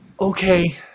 Okay